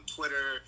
Twitter